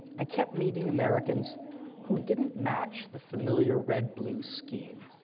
i kept meeting americans who didn't match the familiar red-blue scheme.